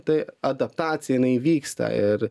tai adaptacija jinai vyksta ir